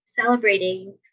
celebrating